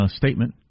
statement